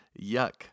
Yuck